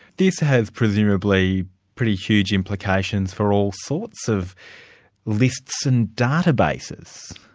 this has presumably pretty huge implications for all sorts of lists and databases.